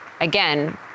again